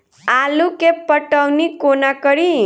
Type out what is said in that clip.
आलु केँ पटौनी कोना कड़ी?